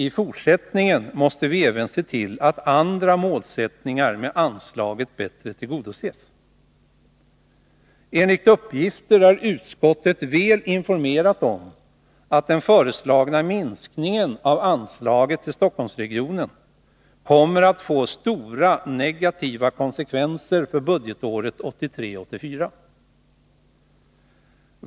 I fortsättningen måste vi även se till att andra målsättningar med anslaget bättre tillgodoses. Enligt uppgifter är utskottet väl informerat om att den föreslagna minskningen av anslaget till Stockholmsregionen kommer att få stora negativa konsekvenser för budgetåret 1983/84.